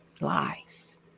lies